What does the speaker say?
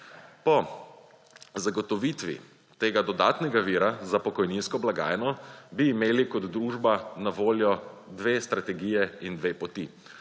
Po zagotovitvi tega dodatnega vira za pokojninsko blagajno bi imeli kot družba na voljo dve strategije in dve poti.